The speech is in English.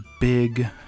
big